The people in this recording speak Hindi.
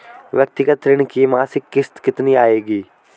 व्यक्तिगत ऋण की मासिक किश्त कितनी आएगी?